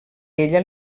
ella